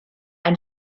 ein